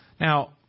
Now